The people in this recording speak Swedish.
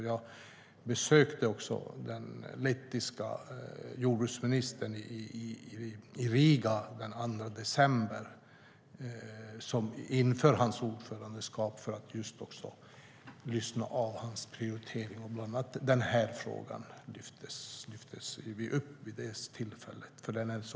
Jag besökte den lettiska jordbruksministern i Riga den 2 december inför ordförandeskapet för att lyssna av hans prioritering. Bland annat lyfte vi upp denna viktiga fråga vid detta tillfälle.